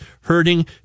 hurting